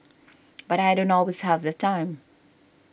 but I don't always have the time